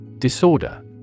Disorder